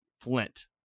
Flint